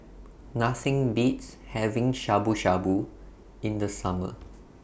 Nothing Beats having Shabu Shabu in The Summer